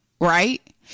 right